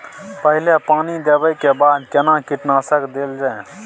पहिले पानी देबै के बाद केना कीटनासक देल जाय?